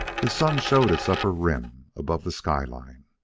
the sun showed its upper rim above the sky-line.